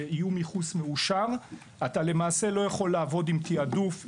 איום ייחוס מאושר - אתה למעשה לא יכול לעבוד עם תעדוף,